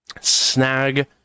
snag